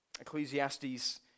Ecclesiastes